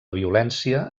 violència